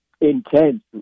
Intense